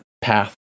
path